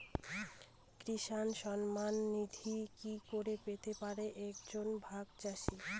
কৃষক সন্মান নিধি কি করে পেতে পারে এক জন ভাগ চাষি?